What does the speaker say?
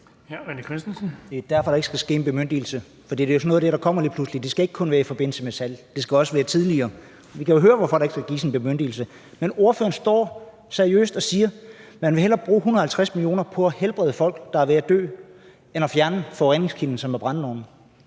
sådan noget, der kommer lige pludselig. Det skal ikke kun være i forbindelse med salg. Det skal også være tidligere. Vi kan jo høre, hvorfor der ikke skal gives en bemyndigelse. Men ordføreren står seriøst og siger, at man hellere vil bruge 150 mio. kr. på at helbrede folk, der er ved at dø, end at fjerne forureningskilden, som er brændeovne.